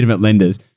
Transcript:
lenders